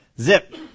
Zip